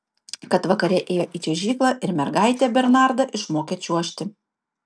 kad vakare ėjo į čiuožyklą ir mergaitė bernardą išmokė čiuožti